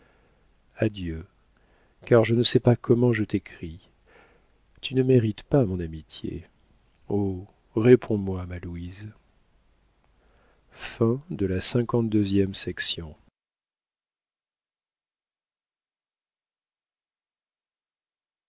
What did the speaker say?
adieu car je ne sais pas comment je t'écris tu ne mérites pas mon amitié oh réponds-moi ma louise